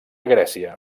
grècia